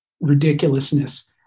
ridiculousness